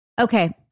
Okay